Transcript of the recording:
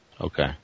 Okay